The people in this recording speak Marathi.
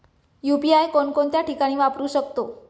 यु.पी.आय कोणकोणत्या ठिकाणी वापरू शकतो?